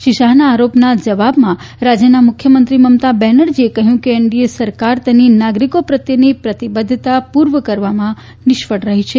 શ્રી શાહના આરોપના જવાબમાં રાજ્યના મુખ્યમંત્રી મમતા બેનર્જીએ કહ્યું હતું કે એનડીએ સરકાર તેની નાગરિકો પ્રત્યેની પ્રતિબદ્ધતા પૂર્વ કરવા નિષ્ફળ રહી છે